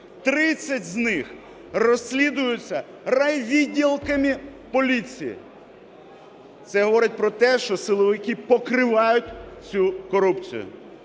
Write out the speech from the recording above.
30 з них розслідуються райвідділами поліції. Це говорить про те, що силовики покривають цю корупцію.